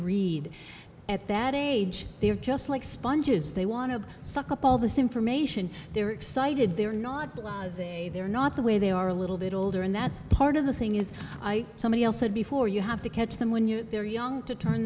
read at that age they're just like sponges they want to suck up all this information they're excited they're not they're not the way they are a little bit older and that's part of the thing is i somebody else said before you have to catch them when you're they're young to turn